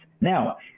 Now